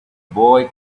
boy